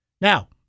Now